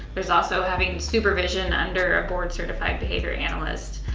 there's also having supervision under a board certified behavior analyst,